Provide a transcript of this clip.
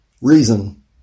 reason